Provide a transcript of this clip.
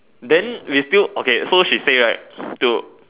then we still okay so she say right to